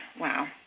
Wow